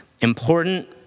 important